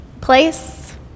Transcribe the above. place